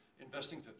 investing